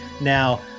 Now